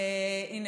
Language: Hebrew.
הינה,